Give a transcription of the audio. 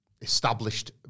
established